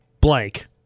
blank